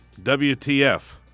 WTF